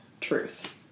Truth